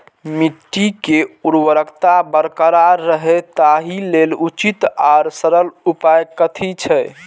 मिट्टी के उर्वरकता बरकरार रहे ताहि लेल उचित आर सरल उपाय कथी छे?